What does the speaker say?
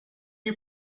you